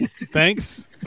thanks